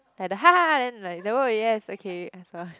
like the then like though yes okay